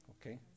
Okay